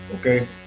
okay